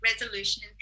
resolution